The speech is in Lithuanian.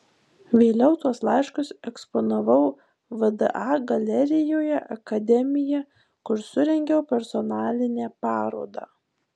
vėliau tuos laiškus eksponavau vda galerijoje akademija kur surengiau personalinę parodą